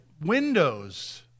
windows